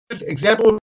example